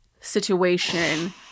situation